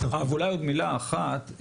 ואולי עוד מילה אחת,